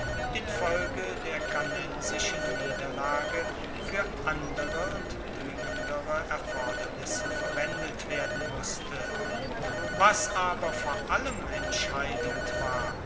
infolge der cannensischen niederlage fuer andere und dringendere erfordernisse verwendet werden musste was aber vor allem entscheidend war